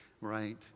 right